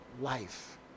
life